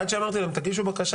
עד שאמרתי להם תגישו בקשה,